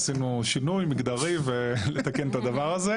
עשינו שינוי מגדרי לתקן את הדבר הזה.